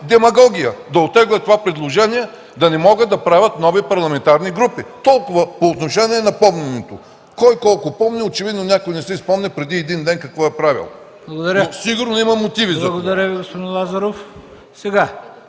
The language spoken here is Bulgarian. демагогия, да оттеглят това предложение, да не могат да правят нови парламентарни групи. Толкова по отношение на помненето, кой-колко помни. Очевидно някой не си спомня преди един ден какво е правил. Благодаря.